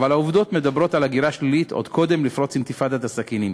אבל העובדות מדברות על הגירה שלילית עוד קודם לפרוץ אינתיפאדת הסכינים.